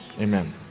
amen